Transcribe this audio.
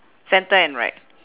centre and right